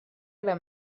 era